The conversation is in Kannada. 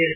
ಎಸ್